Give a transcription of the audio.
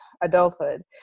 adulthood